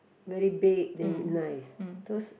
very big then nice those